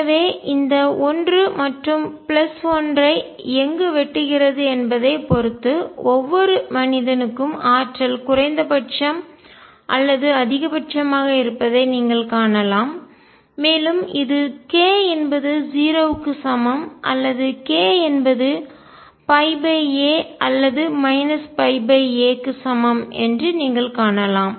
எனவே இந்த 1 மற்றும் பிளஸ் 1 ஐ எங்கு வெட்டுகிறது என்பதைப் பொறுத்து ஒவ்வொரு மனிதனுக்கும் ஆற்றல் குறைந்தபட்சம் அல்லது அதிகபட்சமாக இருப்பதை நீங்கள் காணலாம் மேலும் இது k என்பது 0 க்கு சமம் அல்லது k என்பது a அல்லது π a க்கு சமம் என்று நீங்கள் காணலாம்